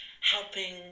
helping